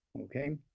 okay